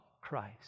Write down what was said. Christ